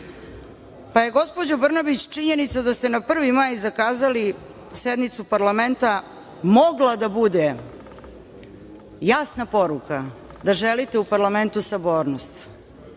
sabornosti. Gospođo Brnabić, činjenica da ste na 1. maj zakazali sednicu parlamenta mogla je da bude jasna poruka da želite u parlamentu sabornost,